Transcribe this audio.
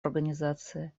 организации